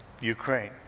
Ukraine